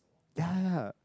ya ya ya